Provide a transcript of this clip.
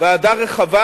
ועדה רחבה,